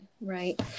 right